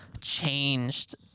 changed